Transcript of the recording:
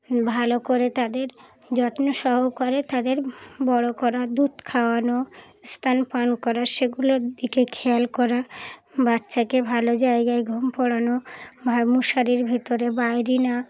ভালো করে তাদের যত্ন সহকারে তাদের বড়ো করা দুধ খাওয়ানো স্নান পান করা সেগুলোর দিকে খেয়াল করা বাচ্চাকে ভালো জায়গায় ঘুম পাড়ানো মশারির ভেতরে বাইরে না